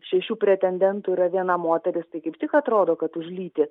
šešių pretendentų yra viena moteris tai kaip tik atrodo kad už lytį